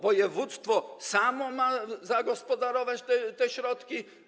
Województwo samo ma zagospodarować te środki?